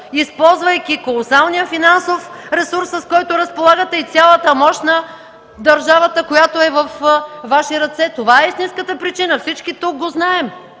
използвайки колосалния финансов ресурс, с който разполагате, и с цялата мощ на държавата, която е във Ваши ръце. Това е истинската причина. Всички тук го знаем.